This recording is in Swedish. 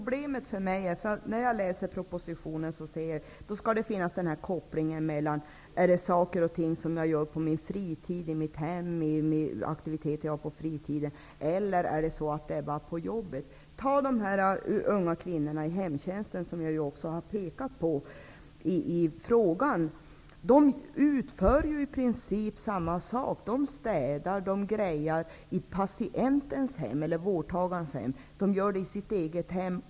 Herr talman! När jag läser propositionen saknar jag kopplingen till diskussionen om det gäller saker och ting som jag har gjort på min fritid och i mitt hem eller enbart saker jag har gjort på jobbet. Ta t.ex. de unga kvinnor som jobbar i hemtjänsten -- som jag också pekade på i min fråga. De utför i princip samma saker där som i sina hem. De städar osv. i vårdtagarnas hem.